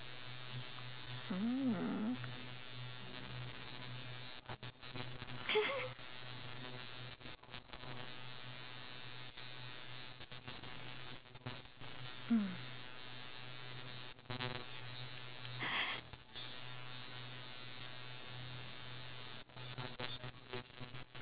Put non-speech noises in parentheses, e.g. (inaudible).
hmm (laughs) mm